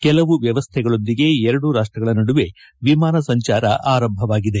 ಕೆಲವು ವ್ಲವಸ್ಥೆಗಳೊಂದಿಗೆ ಎರಡೂ ರಾಷ್ಷಗಳ ನಡುವೆ ವಿಮಾನ ಸಂಚಾರ ಆರಂಭವಾಗಿದೆ